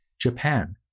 Japan